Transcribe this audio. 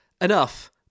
enough